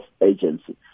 agency